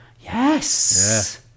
Yes